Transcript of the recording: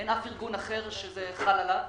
אין אף ארגון אחר שזה חל עליו.